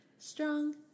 Strong